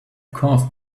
course